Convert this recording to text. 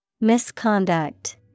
Misconduct